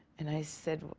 and i said,